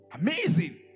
Amazing